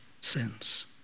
sins